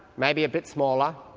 maybe a bit smaller,